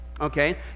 okay